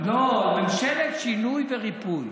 לא, ממשלת שינוי וריפוי.